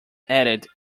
added